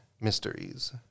Mysteries